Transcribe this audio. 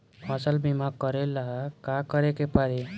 फसल बिमा करेला का करेके पारी?